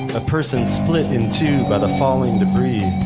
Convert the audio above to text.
a person split in two by the falling debris.